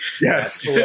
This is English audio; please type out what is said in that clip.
Yes